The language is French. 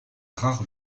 rare